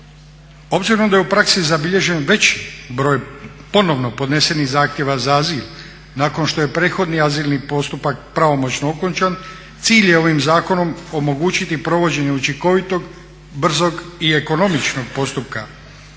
Obzirom da je u praksi zabilježen veći broj ponovno podnesenih zahtjeva za azil, nakon što je prethodni azilni postupak pravomoćno okončan cilj je ovim zakonom omogućiti provođenje učinkovitog, brzog i ekonomičnog postupka